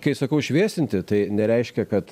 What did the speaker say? kai sakau šviesinti tai nereiškia kad